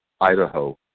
Idaho